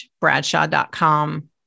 Bradshaw.com